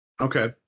Okay